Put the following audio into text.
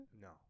No